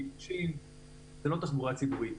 זאת לא תחבורה ציבורית.